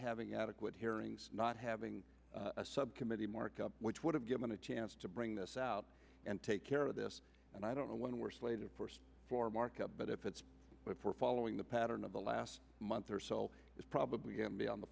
having adequate hearings not having a subcommittee markup which would have given a chance to bring this out and take care of this and i don't know when we're slated for markup but if it's if we're following the pattern of the last month or so is probably going to be on the